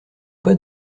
pas